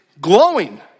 glowing